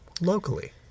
locally